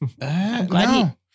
No